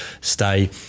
stay